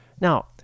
Now